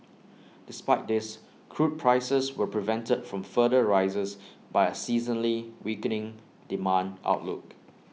despite this crude prices were prevented from further rises by A seasonally weakening demand outlook